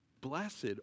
Blessed